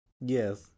yes